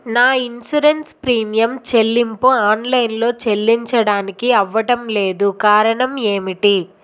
నా insurance premium చెల్లింపు ఆన్ లైన్ లో చెల్లించడానికి అవ్వడం లేదు కారణం ఏమిటి?